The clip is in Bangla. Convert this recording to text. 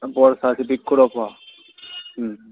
বর্ষা আছে বৃক্ষরোপণ হুম